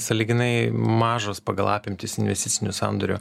sąlyginai mažos pagal apimtis investicinių sandorių